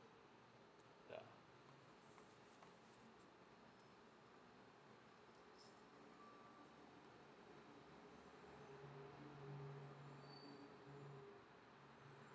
ya